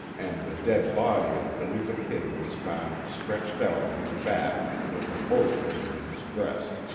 and the dead body of billy the kid was found stretched out on his back with a bullet wound in his breast,